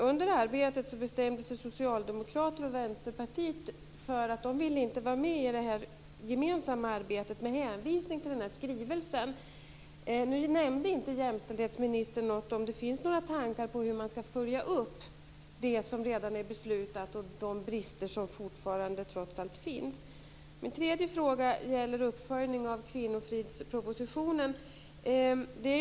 Under arbetet bestämde sig socialdemokrater och vänsterpartister för att de inte ville vara med i det gemensamma arbetet med hänvisning till skrivelsen. Nu nämnde inte jämställdhetsministern något om det finns några tankar på hur man ska följa upp det som redan är beslutat och de brister som fortfarande trots allt finns. Min tredje fråga gäller uppföljningen av kvinnofridspropositionen.